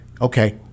okay